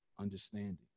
understanding